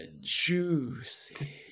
juicy